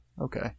okay